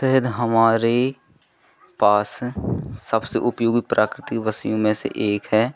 शहद हमारे पास सबसे उपयोगी प्राकृतिक वसिओं में से एक है